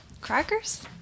crackers